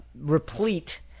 replete